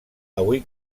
avui